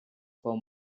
for